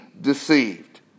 deceived